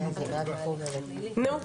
נו,